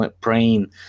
praying